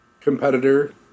competitor